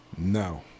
No